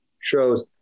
shows